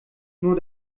nur